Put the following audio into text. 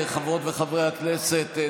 חברות וחברי הכנסת,